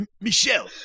Michelle